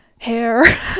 hair